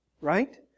right